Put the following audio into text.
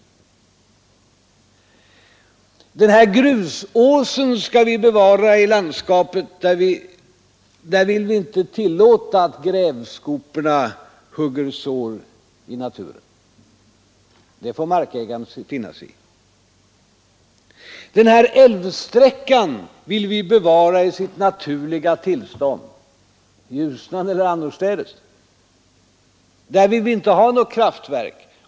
Eller: Den här grusåsen skall vi bevara i landskapet. Där vill vi inte tillåta att grävskoporna hugger sår i naturen. Detta får markägaren finna sig i. Eller ett annat exempel: Den här älvsträckan — kring Ljusnan eller någon annan älv — vill vi bevara i dess naturliga tillstånd. Där vill vi inte ha något kraftverk.